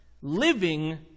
living